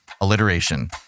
alliteration